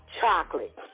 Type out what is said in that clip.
Chocolate